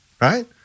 right